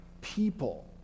people